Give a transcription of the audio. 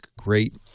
great